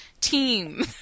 team